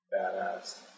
Badass